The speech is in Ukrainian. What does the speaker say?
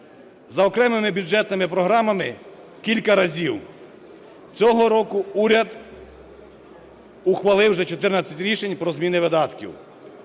За окремими бюджетними програмами кілька разів цього року уряд ухвалив вже 14 рішень про зміни видатків.